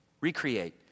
recreate